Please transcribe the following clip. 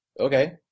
okay